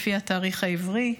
לפי התאריך העברי,